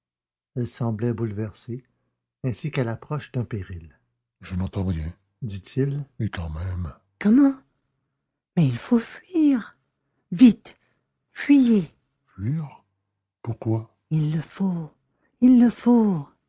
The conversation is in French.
elle semblait bouleversée ainsi qu'à l'approche d'un péril je n'entends rien dit-il et quand même comment mais il faut fuir vite fuyez fuir pourquoi il le faut il le faut